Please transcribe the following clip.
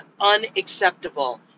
unacceptable